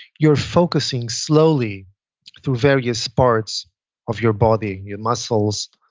you're focusing slowly through various parts of your body. your muscles.